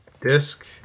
disk